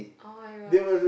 [oh]-my-gosh